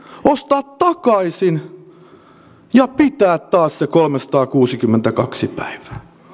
ostaa takaisin ja pitää taas se kolmesataakuusikymmentäkaksi päivää